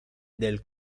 del